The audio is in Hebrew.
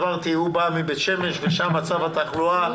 הוא בא מבית שמש ושם מצב התחלואה קשה,